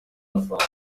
francois